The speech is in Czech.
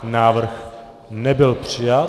Návrh nebyl přijat.